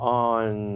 on